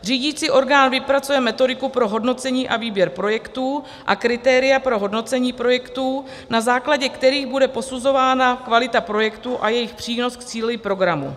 Řídicí orgán vypracuje metodiku pro hodnocení a výběr projektů a kritéria pro hodnocení projektů, na základě kterých bude posuzována kvalita projektů a jejich přínos k cíli programu.